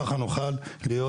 כך נוכל להיות